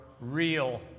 Real